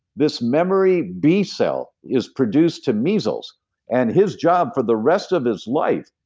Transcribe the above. this memory b cell is produced to measles and his job for the rest of his life,